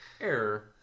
Error